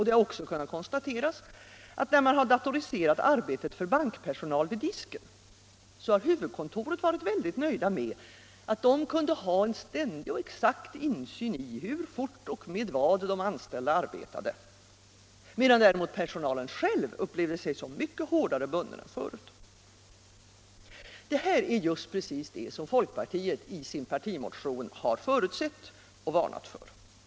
Det har också kunnat konstateras när man har datoriserat arbetet för bankpersonal vid disken, att huvudkontoret varit mycket nöjt med att kunna ha en ständig och exakt insyn i hur fort och med vad de anställda arbetar, medan däremot personalen själv upplevt sig som mycket hårdare bunden än förut. Detta är just precis vad folkpartiet i sin partimotion har förutsett och varnat för.